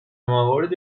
موارد